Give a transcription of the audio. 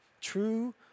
True